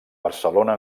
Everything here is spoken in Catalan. barcelona